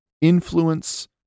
influence